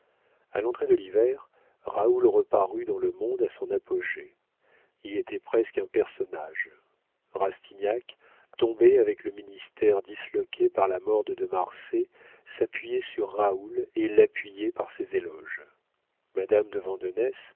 a l'entrée de l'hiver raoul reparut dans le monde à son apogée il était presque un personnage rastignac tombé avec le ministère disloqué par la mort de de marsay s'appuyait sur raoul et l'appuyait par ses éloges madame de